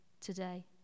today